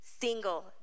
single